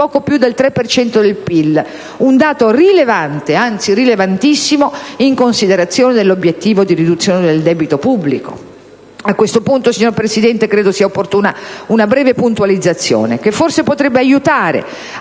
più del 3 per cento del PIL, un dato rilevante, anzi rilevantissimo, in considerazione dell'obiettivo di riduzione del debito pubblico. A questo punto, signor Presidente, credo che sia opportuna una breve puntualizzazione, che forse potrebbe favorire